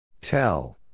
Tell